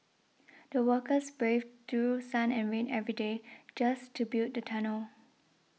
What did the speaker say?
the workers braved through sun and rain every day just to build the tunnel